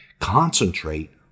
Concentrate